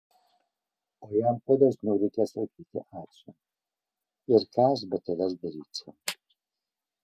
o jam kuo dažniau reikia sakyti ačiū ir ką aš be tavęs daryčiau